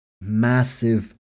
massive